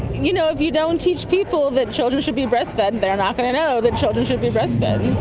you know, if you don't teach people that children should be breastfed, they are not going to know that children should be breastfed.